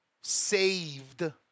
saved